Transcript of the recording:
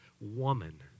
woman